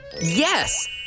Yes